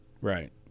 Right